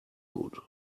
gut